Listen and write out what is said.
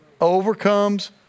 overcomes